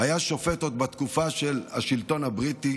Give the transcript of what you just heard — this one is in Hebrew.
היה שופט עוד בתקופה של השלטון הבריטי